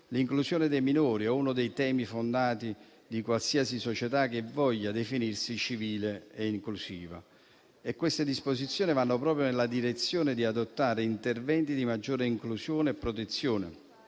L'inclusione dei minori è uno dei temi fondanti di qualsiasi società che voglia definirsi civile e inclusiva e queste disposizioni vanno proprio nella direzione di adottare interventi di maggiore inclusione e protezione